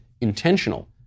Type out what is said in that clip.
intentional